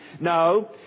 No